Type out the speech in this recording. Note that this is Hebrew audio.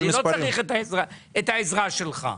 אני לא צריך את העזרה שלך.